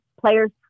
players